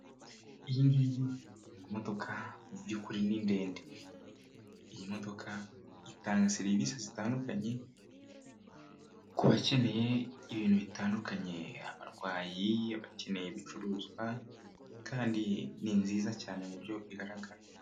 Iyi ngiyi ni imodoka mu byukuri ni ndende, iyi modoka itanga serivisi zitandukanye ku bakeneye ibintu bitandukanye, abarwayi ,abakeneye ibicuruzwa kandi ni nziza cyane kuburyo igaragara.